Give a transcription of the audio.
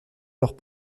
leurs